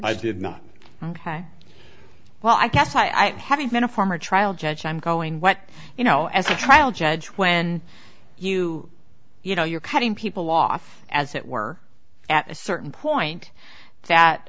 i did not ok well i guess i am having been a former trial judge i'm going what you know as a trial judge when you you know you're cutting people off as it were at a certain point that